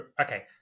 okay